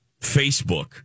Facebook